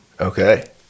Okay